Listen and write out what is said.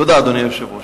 תודה, אדוני היושב-ראש.